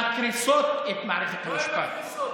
מקריסות את מערכת המשפט.